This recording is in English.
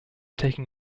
taking